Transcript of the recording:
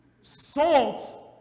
salt